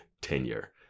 tenure